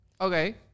okay